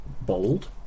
bold